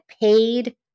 paid